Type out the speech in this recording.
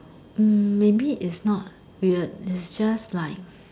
hmm maybe it's not weird it's just like